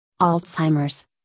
Alzheimer's